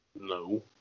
No